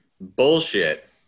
Bullshit